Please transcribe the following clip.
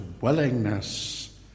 willingness